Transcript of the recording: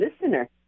listener